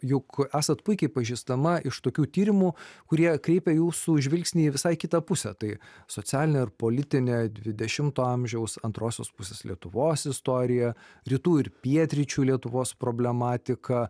juk esat puikiai pažįstama iš tokių tyrimų kurie kreipia jūsų žvilgsnį į visai kitą pusę tai socialinė ar politinė dvidešimto amžiaus antrosios pusės lietuvos istorija rytų ir pietryčių lietuvos problematika